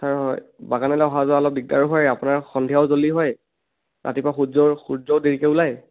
sir হয় বাগানলৈ অহা যোৱা অলপ দিগদাৰ হয় আপোনাৰ সন্ধিয়াও জলদি হয় ৰাতিপুৱা সূৰ্য্য সূৰ্য্যও দেৰিকৈ ওলায়